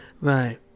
Right